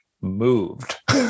moved